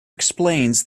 explains